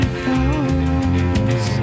falls